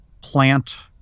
plant